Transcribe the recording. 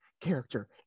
character